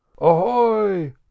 ahoy